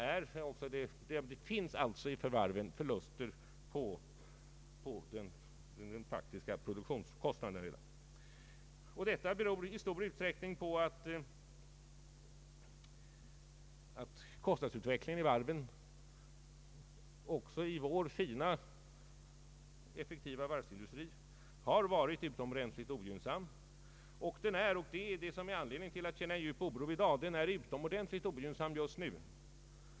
Det finns alltså för varven förluster på den faktiska produktionskostnaden, och det beror i stor utsträckning på att kostnadsutvecklingen inom varven också i vår fina, effektiva varvsindustri varit utomordentligt ogynnsam och är — vilket ger anledning att känna djup oro i dag — utomordentligt ogynnsam just nu.